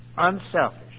unselfish